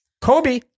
Kobe